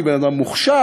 אני בן-אדם מוכשר,